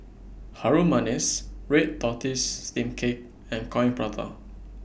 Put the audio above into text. Harum Manis Red Tortoise Steamed Cake and Coin Prata